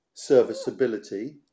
serviceability